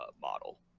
model